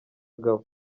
gabo